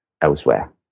elsewhere